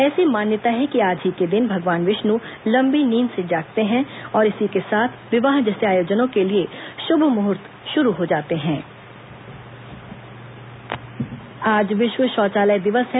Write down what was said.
ऐसी मान्यता है कि आज ही के दिन भगवान विष्णु लंबी नींद से जागते हैं और इसी के साथ विवाह जैसे आयोजनों के लिए शुभ मुहूर्त शुरू हो जाते हें विश्व शौचालय दिवस आज विश्व शौचालय दिवस है